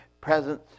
presence